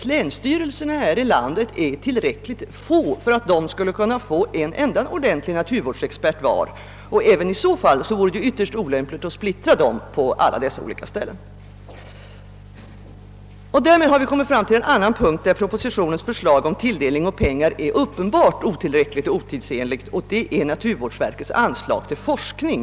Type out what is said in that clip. Länsstyrelserna här i landet är inte heller tillräckligt få för att de skall kunna få tag i en enda ordentlig naturvårdsexpert var, och även om detta vore möjligt vore det ytterst olämpligt att splittra experterna på 24 olika ställen. Därmed har jag kommit fram till en annan punkt där propositionens förslag om tilldelning av pengar är uppenbart otillräckligt och otidsenligt, nämligen naturvårdsverkets anslag för forskning.